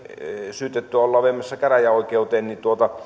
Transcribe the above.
syytettyä ollaan viemässä käräjäoikeuteen